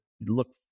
look